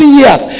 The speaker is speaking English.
years